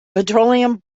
petroleum